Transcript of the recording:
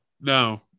no